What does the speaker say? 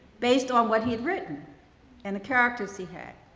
based on what he had written and the characters he had.